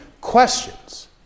questions